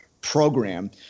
program